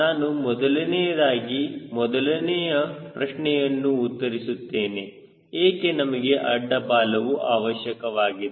ನಾನು ಮೊದಲನೆಯದಾಗಿ ಮೊದಲನೇ ಪ್ರಶ್ನೆಯನ್ನು ಉತ್ತರಿಸುತ್ತೇನೆ ಏಕೆ ನಮಗೆ ಅಡ್ಡ ಬಾಲವು ಅವಶ್ಯಕವಾಗಿದೆ